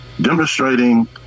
demonstrating